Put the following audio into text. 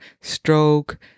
stroke